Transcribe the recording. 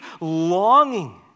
longing